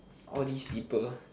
all these people